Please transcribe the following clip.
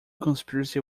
conspiracy